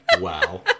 Wow